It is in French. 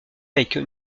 avec